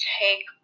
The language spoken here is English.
take